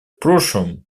прошлом